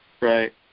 Right